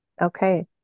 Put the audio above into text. Okay